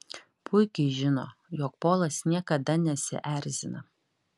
puikiai žino jog polas niekada nesierzina